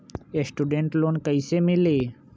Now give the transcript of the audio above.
Student loan कैसे मिली?